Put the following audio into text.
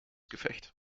gefecht